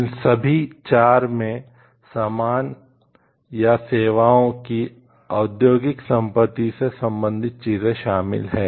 इन सभी 4 में सामान या सेवाओं की औद्योगिक संपत्ति से संबंधित चीजें शामिल हैं